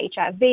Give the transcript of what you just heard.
HIV